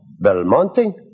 Belmonte